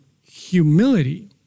humility